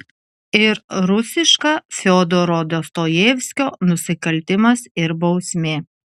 ir rusiška fiodoro dostojevskio nusikaltimas ir bausmė